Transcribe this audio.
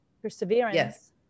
perseverance